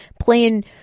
playing